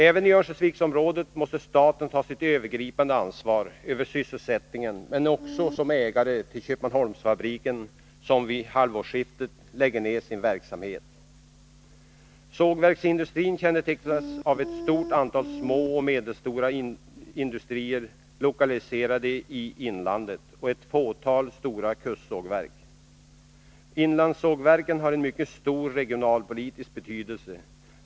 Även i Örnsköldsviksområdet måste staten ta sitt övergripande ansvar för sysselsättningen men också som ägare till Köpmanholmsfabriken, som vid halvårsskiftet lägger ned sin verksamhet. Sågverksindustrin kännetecknas av ett stort antal små och medelstora industrier lokaliserade i inlandet och av ett fåtal stora kustsågverk. Inlandssågverken har en mycket stor regionalpolitisk betydelse.